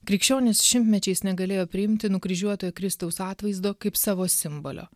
krikščionys šimtmečiais negalėjo priimti nukryžiuotojo kristaus atvaizdo kaip savo simbolio